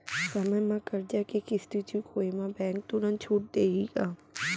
समय म करजा के किस्ती चुकोय म बैंक तुरंत छूट देहि का?